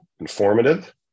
informative